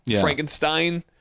Frankenstein